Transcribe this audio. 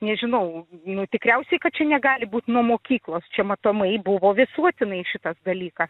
nežinau nu tikriausiai kad čia negali būt nuo mokyklos čia matomai buvo visuotinai šitas dalykas